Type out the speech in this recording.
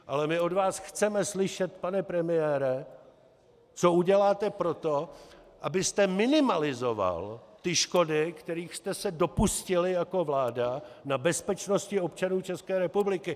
Ale my od vás chceme slyšet, pane premiére, co uděláte pro to, abyste minimalizoval škody, kterých jste se dopustili jako vláda na bezpečnosti občanů České republiky.